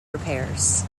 repairs